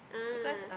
ah